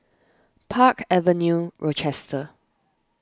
Park Avenue Rochester